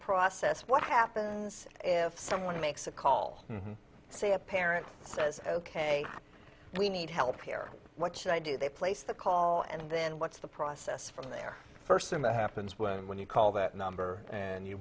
process what happens if someone makes a call say a parent says ok we need help here what should i do they place the call and then what's the process from there first thing that happens when you call that number and you